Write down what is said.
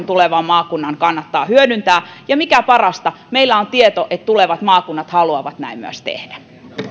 tulevan maakunnan kannattaa hyödyntää ja mikä parasta meillä on tieto että tulevat maakunnat haluavat näin myös tehdä